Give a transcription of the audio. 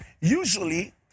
usually